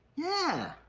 yeah,